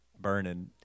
burning